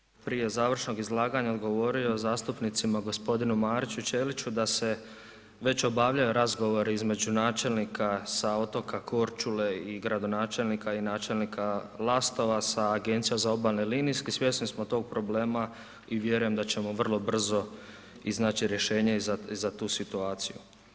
još jednom, prije završnog izlaganja odgovorio zastupnicima g. Mariću i Ćeliću da se već obavljaju razgovori između načelnika sa otoka Korčula i gradonačelnika i načelnika Lastova sa Agencijom za obalne i linijske, svjesni smo tog problema i vjerujem da ćemo vrlo brzo iznaći rješenje i za tu situaciju.